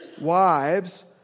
Wives